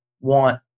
want